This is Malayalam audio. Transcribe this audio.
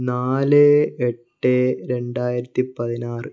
നാല് എട്ട് രണ്ടായിരത്തിപ്പതിനാറ്